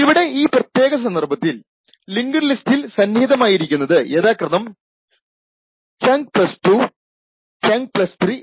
ഇവിടെ ഈ പ്രതേക സന്ദർഭത്തിൽ ലിങ്ക്ഡ് ലിസ്റ്റിൽ സന്നിഹിതമായിരിക്കുന്നത് യഥാക്രമം ചങ്ക് പ്ലസ് 2 ചങ്ക് പ്ലസ് 3 എന്നീ ലൊക്കേഷൻസ് ആണ്